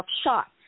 shots